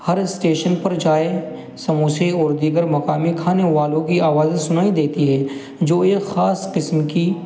ہر station پر چائے سموسے اور دیگر مقامی کھانے والوں کی آوازیں سنائی دیتی ہے جو ایک خاص قسم کی